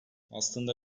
aslında